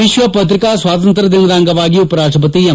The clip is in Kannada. ವಿಶ್ವ ಪತ್ರಿಕಾ ಸ್ವಾತಂತ್ರ ದಿನದ ಅಂಗವಾಗಿ ಉಪರಾಷ್ಟಪತಿ ಎಂ